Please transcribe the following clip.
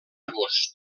agost